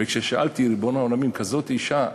וכששאלתי: ריבון העולם, כזאת אישה,